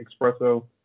espresso